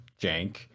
jank